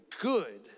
good